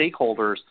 stakeholders